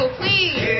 please